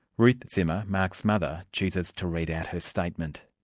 ruth zimmer, mark's mother, chooses to read out her statement.